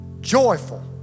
joyful